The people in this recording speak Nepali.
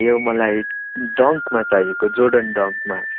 यो मलाई डङ्कमा चाहिएको जोडन डङ्कमा